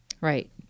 Right